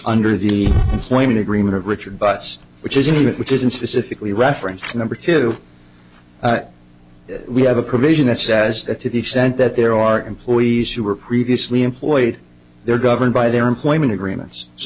under the employment agreement richard bus which is an event which isn't specifically referenced number two we have a provision that says that to the extent that there are employees who were previously employed they're governed by their employment agreements so